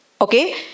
Okay